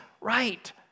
right